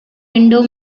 window